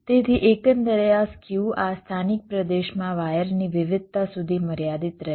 તેથી એકંદરે આ સ્ક્યુ આ સ્થાનિક પ્રદેશમાં વાયરની વિવિધતા સુધી મર્યાદિત રહેશે